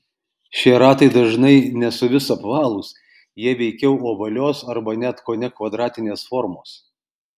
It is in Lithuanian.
šie ratai dažnai ne suvis apvalūs jie veikiau ovalios arba net kone kvadratinės formos